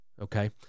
okay